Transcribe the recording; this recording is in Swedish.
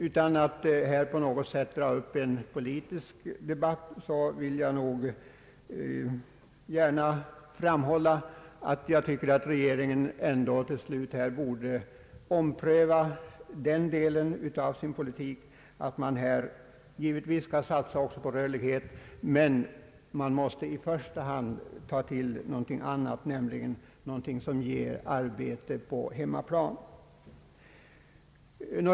Utan att vilja dra upp en politisk debatt i något avseende vill jag ändå gärna framhålla att jag tycker att regeringen i alla fall till slut borde ompröva en del av sin politik i denna fråga. Jag menar att man givetvis skall satsa också på arbetskraftens rörlighet men att man i första hand måste satsa på något annat, något som ger arbete på hemmaplan.